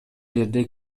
жерде